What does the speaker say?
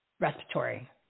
respiratory